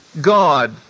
God